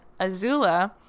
Azula